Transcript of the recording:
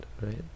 right